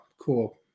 cool